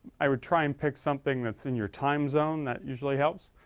i would try and pick something that's in your time zone that usually helps